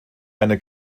eine